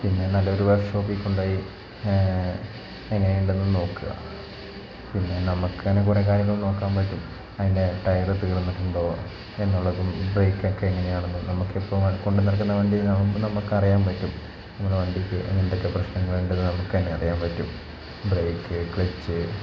പിന്നെ നല്ല ഒരു വർക്ഷോപ്പിൽ കൊണ്ടു പോയി എങ്ങനെ ഉണ്ടെന്ന് നോക്കുക പിന്നെ നമുക്ക് ആണെങ്കിൽ കുറേ കാര്യങ്ങൾ നോക്കാൻ പറ്റും അതിൻ്റെ ടയറ് തീർന്നിട്ടുണ്ടോ എന്നുള്ളതും ബ്രേക്കൊക്കെ എങ്ങനെ ആണെന്നും നമുക്ക് എപ്പോഴും കൊണ്ടു നടക്കുന്ന വണ്ടി നമുക്ക് അറിയാൻ പറ്റും നമ്മുടെ വണ്ടിക്ക് എന്തൊക്കെ പ്രശ്നങ്ങൾ ഉണ്ടെന്ന് നമുക്ക് തന്നെ അറിയാൻ പറ്റും ബ്രേക്ക് ക്ലച്ച്